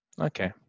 Okay